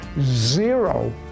zero